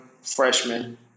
freshman